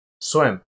swim